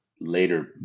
later